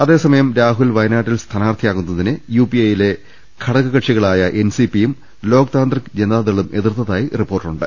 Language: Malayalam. അതേസമയം രാഹുൽ വയനാട്ടിൽ സ്ഥാനാർഥിയാകുന്നതിനെ യുപിഎയിലെ ഘടകകക്ഷികളായ എൻസിപിയും ലോക് താന്ത്രിക് ജനതാദളും എതിർത്തതായും റിപ്പോർട്ടുകളുണ്ട്